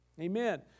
Amen